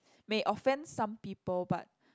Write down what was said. may offend some people but